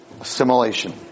assimilation